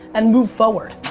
and move forward.